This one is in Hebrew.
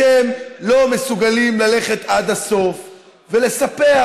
כי אתם לא מסוגלים ללכת עד הסוף ולספח.